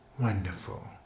wonderful